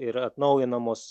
yra atnaujinamos